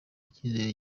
icyizere